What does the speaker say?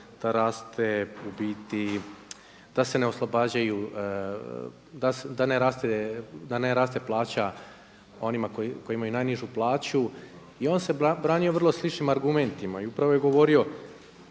da raste u biti da se ne oslobađaju, da ne raste plaća onima koji imaju najnižu plaću i on se branio vrlo sličnim argumentima. Upravo je govorio